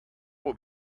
will